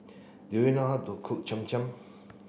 do you know how to cook Cham Cham